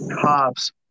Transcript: cops